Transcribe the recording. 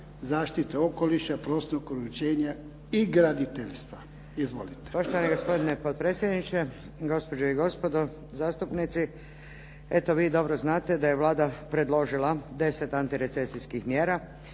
zaštite okoliša, prostornog uređenja i graditeljstva. Izvolite. **Matulović-Dropulić, Marina (HDZ)** Poštovani gospodine potpredsjedniče, gospođe i gospodo zastupnici. Eto vi dobro znate da je Vlada predložila deset antirecesijskih mjera.